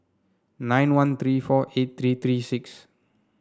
nine one three four eight three three six